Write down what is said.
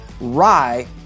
rye